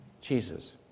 Jesus